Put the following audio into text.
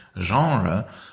genre